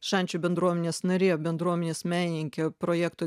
šančių bendruomenės narė bendruomenės menininkė projekto